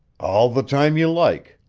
all the time you like,